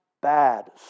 bad